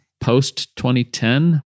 Post-2010